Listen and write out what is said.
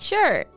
Sure